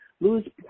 Luis